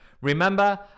Remember